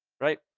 Right